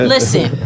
Listen